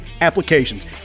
applications